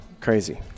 crazy